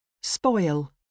spoil